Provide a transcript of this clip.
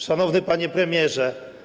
Szanowny Panie Premierze!